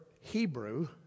Hebrew